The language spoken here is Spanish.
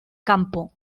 campo